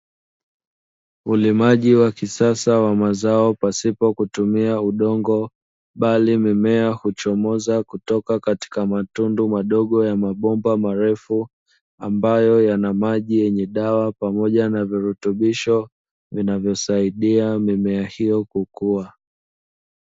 Ulimaji wa kisasa wa mazao pasipo kutumia udongo, bali mimea huchomoza kutoka katika matundu madogo ya mabomba marefu. Ambayo yana maji yenye dawa pamoja na virutubisho, vinavosaidia mimea hiyo kukua.